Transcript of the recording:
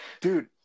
dude